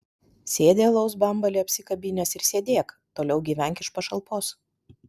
sėdi alaus bambalį apsikabinęs ir sėdėk toliau gyvenk iš pašalpos